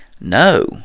no